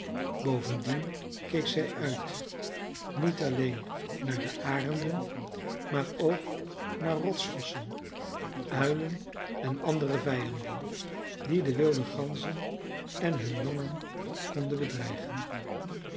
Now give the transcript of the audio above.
bovendien keek zij uit niet alleen naar de arenden maar ook naar rotsvossen uilen en alle andere vijanden die de wilde ganzen en hun jongen konden bedreigen